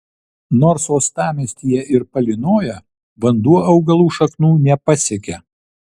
nors uostamiestyje ir palynoja vanduo augalų šaknų nepasiekia